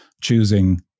choosing